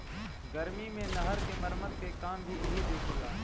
गर्मी मे नहर क मरम्मत के काम भी इहे देखेला